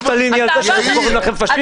- -אל תליני על זה שקוראים לכם פשיסטים.